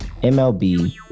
MLB